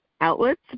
outlets